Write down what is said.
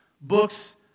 Books